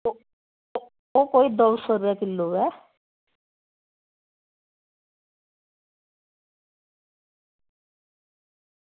ओह् ओह् कोई दौ सो रपेऽ किलो ऐ